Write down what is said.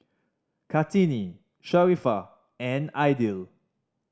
Kartini Sharifah and Aidil